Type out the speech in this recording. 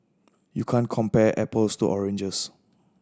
you can't compare apples to oranges